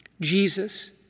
Jesus